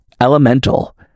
elemental